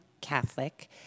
Catholic